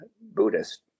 Buddhist